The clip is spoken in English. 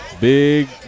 Big